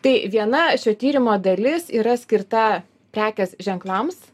tai viena šio tyrimo dalis yra skirta prekės ženklams